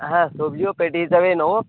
হ্যাঁ সবজিও পেটি হিসাবেই নেব